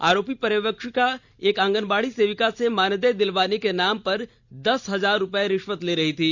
आरोपी पर्यवेक्षिका एक आंगनबार्डी सेविका से मानदेय दिलवाने के नाम पर दस हजार रुपए रिश्वत ले रही थी